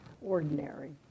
ordinary